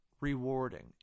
rewarding